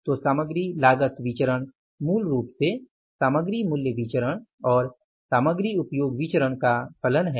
तो सामग्री लागत विचरण मूल रूप से सामग्री मूल्य विचरण और सामग्री उपयोग विचरण का फलन है